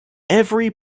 every